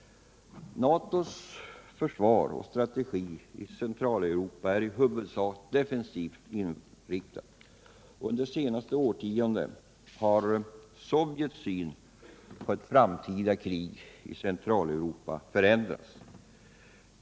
NATO:s försvar och strategi i Centraleuropa är i huvudsak defensivt inriktade. Under det senaste årtiondet har Sovjets syn på ett framtida krig i Centraleuropa förändrats.